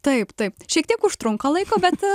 taip taip šiek tiek užtrunka laiko bet